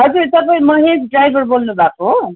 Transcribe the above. हजुर तपाईँ महेश ड्राइभर बोल्नुभएको हो